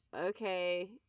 okay